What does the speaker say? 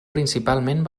principalment